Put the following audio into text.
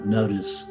notice